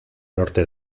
norte